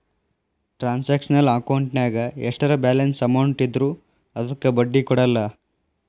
transactional ಅಕೌಂಟಿನ್ಯಾಗ ಎಷ್ಟರ balance amount ಇದ್ರೂ ಅದಕ್ಕ ಬಡ್ಡಿ ಕೊಡಲ್ಲ